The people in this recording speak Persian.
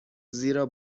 زیرا